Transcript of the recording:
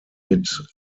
mit